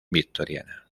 victoriana